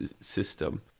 system